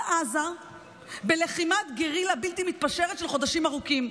עזה בלחימת גרילה בלתי מתפשרת של חודשים ארוכים.